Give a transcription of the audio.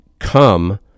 come